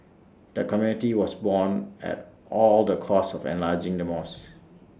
the community was borne at all the costs of enlarging the mosque